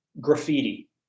Graffiti